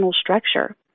structure